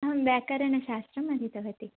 अहं व्याकरणशास्त्रम् अधीतवती